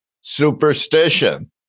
superstition